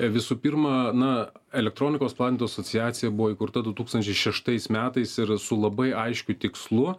visų pirma na elektronikos platintojų asociacija buvo įkurta du tūkstančiai šeštais metais ir su labai aiškiu tikslu